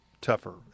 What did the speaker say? tougher